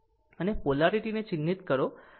અને પોલારીટીને ચિહ્નિત કરો